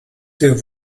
der